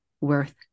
worth